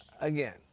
again